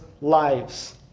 lives